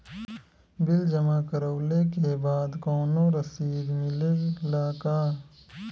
Bill जमा करवले के बाद कौनो रसिद मिले ला का?